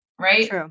right